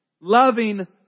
loving